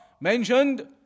mentioned